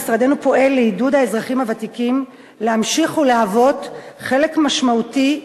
משרדנו פועל לעידוד האזרחים הוותיקים להמשיך ולהוות חלק משמעותי,